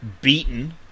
beaten